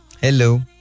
Hello